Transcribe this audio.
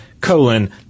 Colon